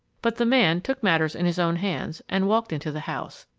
but the man took matters in his own hands and walked into the house.